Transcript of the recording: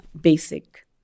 basic